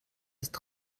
ist